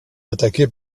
attaqué